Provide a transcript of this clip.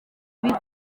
bigo